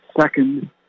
second